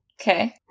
Okay